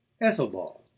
Ethelbald